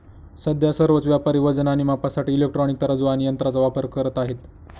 सध्या सर्वच व्यापारी वजन आणि मापासाठी इलेक्ट्रॉनिक तराजू आणि यंत्रांचा वापर करत आहेत